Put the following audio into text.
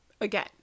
Again